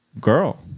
Girl